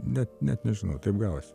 net net nežinau taip gavosi